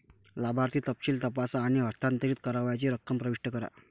लाभार्थी तपशील तपासा आणि हस्तांतरित करावयाची रक्कम प्रविष्ट करा